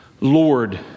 Lord